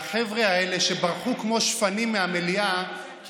החבר'ה האלה ברחו כמו שפנים מהמליאה כי